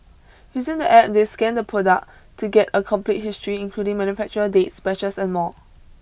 using the App they scan the product to get a complete history including manufacturer dates batches and more